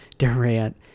Durant